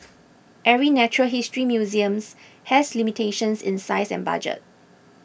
every natural history museums has limitations in size and budget